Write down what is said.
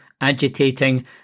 agitating